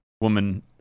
woman